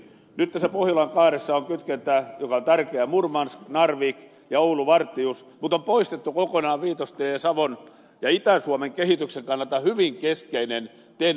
nyt tässä pohjolan kaaressa on kytkentä joka on tärkeä murmansknarvik ja ouluvartius mutta on poistettu kokonaan viitostien ja savon ja itä suomen kehityksen kannalta hyvin keskeinen ten verkkolinjaus